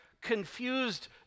confused